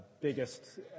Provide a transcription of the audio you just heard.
biggest